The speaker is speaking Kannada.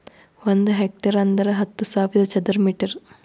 ಒಂದ್ ಹೆಕ್ಟೇರ್ ಅಂದರ ಹತ್ತು ಸಾವಿರ ಚದರ ಮೀಟರ್